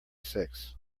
six